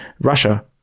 Russia